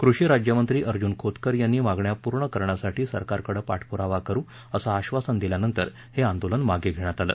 कृषीराज्यमंत्री अर्जून खोतकर यांनी मागण्या पूर्ण करण्यासाठी सरकारकडे पाठपुरावा करु असं आश्वासन दिल्यानंतर हे आंदोलन मागे घेण्यात आलं